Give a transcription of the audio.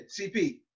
CP